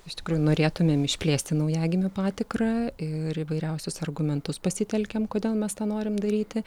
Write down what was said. iš tikrųjų norėtumėm išplėsti naujagimių patikrą ir įvairiausius argumentus pasitelkėm kodėl mes tą norim daryti